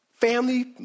Family